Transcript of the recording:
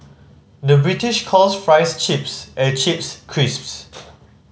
the British calls fries chips and chips crisps